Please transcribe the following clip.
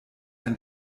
ein